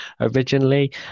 originally